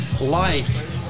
life